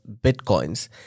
bitcoins